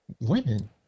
women